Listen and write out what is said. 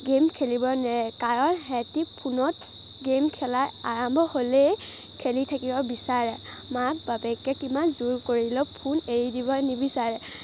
game খেলিব নেৰে কাৰণ সেহেঁতি ফোনত গেম খেলা আৰম্ভ হ'লেই খেলি থাকিব বিচাৰে মাক বাপেকে কিমান জোৰ কৰিলেও ফোন এৰি দিব নিবিচাৰে